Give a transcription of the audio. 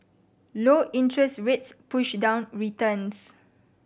low interest rates push down returns